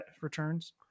returns